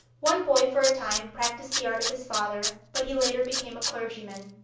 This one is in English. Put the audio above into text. one boy for a time practised the art of his father, but he later became a clergyman.